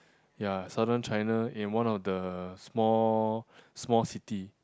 ya Southern China in one of the small small city